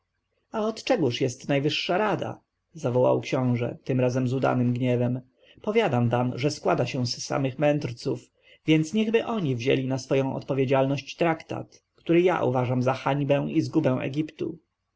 od czegóż jest najwyższa rada zawołał książę tym razem z udanym gniewem powiadacie że składa się z samych mędrców więc niechby oni wzięli na swoją odpowiedzialność traktat który ja uważam za hańbę i zgubę egiptu